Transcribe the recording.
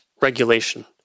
regulation